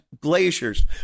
glaciers